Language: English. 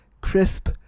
crisp